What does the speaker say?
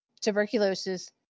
tuberculosis